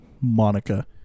monica